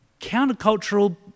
countercultural